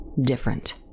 different